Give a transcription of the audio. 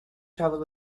travelled